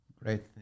Great